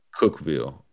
Cookville